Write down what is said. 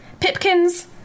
Pipkins